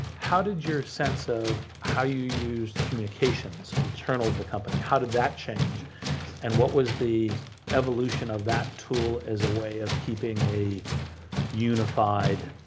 how did your sense of how you use communications internal of the company? how did that change and what was the evolution of that tool as a way of keeping a unified,